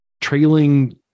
trailing